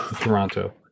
Toronto